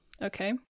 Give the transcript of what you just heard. Okay